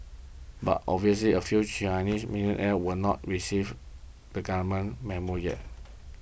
but obviously a few Chinese millionaires will not received the Government Memo yet